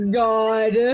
god